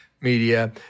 media